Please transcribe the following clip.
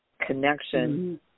connection